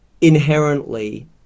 inherently